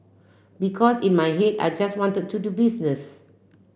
because in my head I just wanted to do business